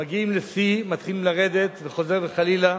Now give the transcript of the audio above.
מגיעים לשיא, מתחילים לרדת וחוזר חלילה.